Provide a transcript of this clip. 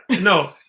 No